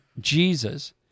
Jesus